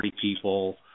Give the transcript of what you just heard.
people